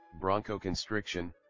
bronchoconstriction